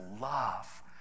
love